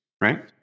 right